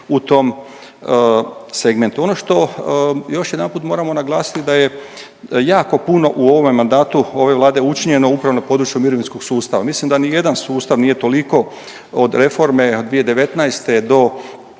u tom segmentu. Ono što još jedanput moramo naglasiti da je jako puno u ovome mandatu, ove Vlade učinjeno upravo na području mirovinskog sustava. Mislim da ni jedan sustav nije toliko od reforme od 2019. do